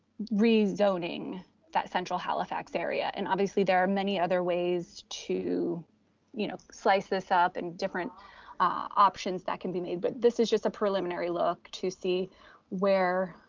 rezoning that central halifax area. and obviously there are many other ways to you know slice this up and different options that can be made, but this is just a preliminary look to see where